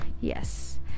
yes